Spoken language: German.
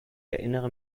erinnere